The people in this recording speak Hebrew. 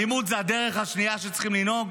האלימות היא הדרך השנייה שבה צריכים לנהוג?